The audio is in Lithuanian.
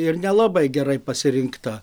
ir nelabai gerai pasirinkta